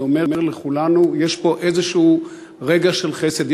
אני אומר לכולנו שיש פה איזשהו רגע של חסד.